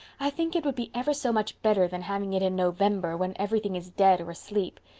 i think it would be ever so much better than having it in november when everything is dead or asleep.